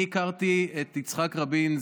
אני הכרתי את יצחק רבין,